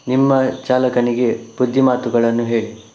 ನಿಮ್ಮ ಚಾಲಕನಿಗೆ ಬುದ್ದಿಮಾತುಗಳನ್ನು ಹೇಳಿ